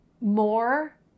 more